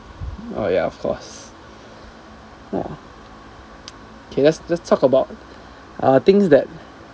oh ya of course !wah! okay let's talk about uh things that